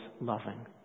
loving